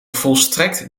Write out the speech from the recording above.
volstrekt